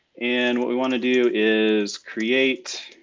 and what we wanna do is create